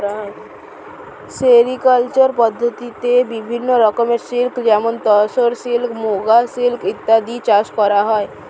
sericulture পদ্ধতিতে বিভিন্ন রকমের সিল্ক যেমন তসর সিল্ক, মুগা সিল্ক ইত্যাদি চাষ করা হয়